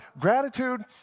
Gratitude